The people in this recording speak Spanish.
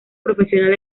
profesional